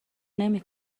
نمی